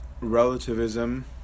relativism